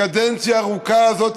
הקדנציה הארוכה הזאת,